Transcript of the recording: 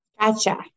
gotcha